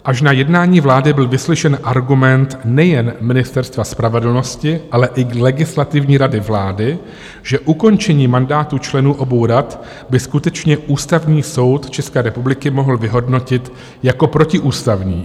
Až na jednání vlády byl vyslyšen argument nejen Ministerstva spravedlnosti, ale i Legislativní rady vlády, že ukončení mandátu členů obou rad by skutečně Ústavní soud České republiky mohl vyhodnotit jako protiústavní.